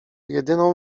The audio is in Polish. jedyną